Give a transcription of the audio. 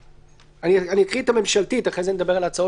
שהיועץ המשפטי של הוועדה כרגע קרא.